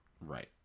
right